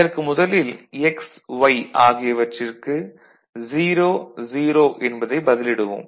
அதற்கு முதலில் x y ஆகியவற்றிற்கு 0 0 என்பதை பதிலிடுவோம்